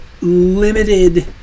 limited